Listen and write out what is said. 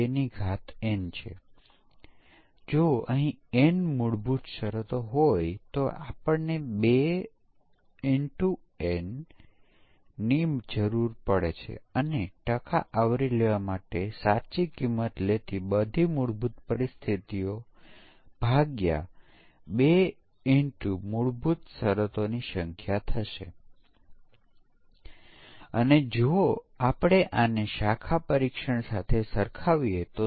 તેથી આપણું ફંકશન જે આપણે લખ્યું છે તે 3 પૂર્ણાંકો લે છે અને પછી પ્રિન્ટ કરે છે કે ત્રિકોણનો પ્રકાર શું છે આઇસોસીલ્સ સ્કેલિન અને સમકાલીન કે પછી તે ત્રિકોણ જ નથી વગેરે